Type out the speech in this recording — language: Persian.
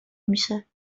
میشه